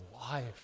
life